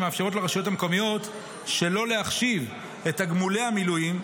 שמאפשרות לרשויות המקומיות שלא להחשיב את תגמולי המילואים,